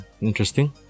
Interesting